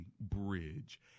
Bridge